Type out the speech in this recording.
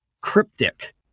cryptic